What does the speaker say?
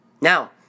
Now